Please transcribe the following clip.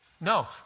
No